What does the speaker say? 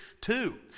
two